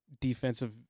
defensive